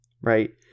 right